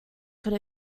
could